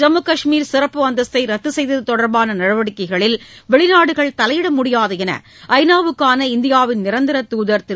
ஜம்மு கஷ்மீர் சிறப்பு அந்தஸ்தை ரத்து செய்தது தொடர்பான நடவடிக்கைகளில் வெளிநாடுகள் தலையிட முடியாது என்று ஐநாவுக்கான இந்தியாவின் நிரந்தர தூதர் திரு